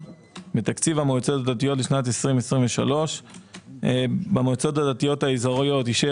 מתקציב המועצות הדתיות לשנת 2023. במועצות הדתיות האזוריות יישאר